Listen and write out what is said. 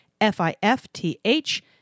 F-I-F-T-H